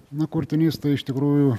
na kurtinys iš tikrųjų